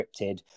scripted